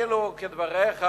אילו כדבריך,